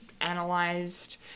analyzed